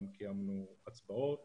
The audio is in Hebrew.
גם קיימנו הצבעות